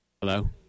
Hello